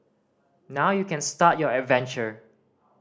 now you can start your adventure